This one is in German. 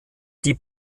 die